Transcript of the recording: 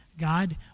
God